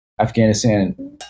Afghanistan